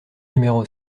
numéro